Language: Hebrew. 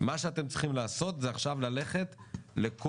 מה שאתם צריכים לעשות זה עכשיו ללכת לכל